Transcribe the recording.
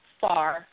far